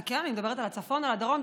כן, אני מדברת על הצפון או על הדרום.